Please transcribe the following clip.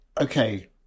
okay